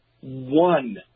one